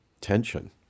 tension